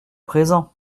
présent